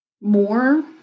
more